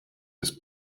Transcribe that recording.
ist